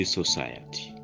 society